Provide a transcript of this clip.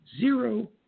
zero